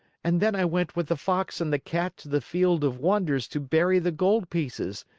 and then i went with the fox and the cat to the field of wonders to bury the gold pieces.